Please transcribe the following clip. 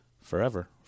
forever